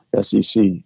SEC